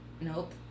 nope